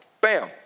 Bam